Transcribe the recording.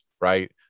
Right